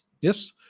yes